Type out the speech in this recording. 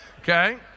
okay